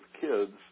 kids